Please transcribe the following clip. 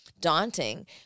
daunting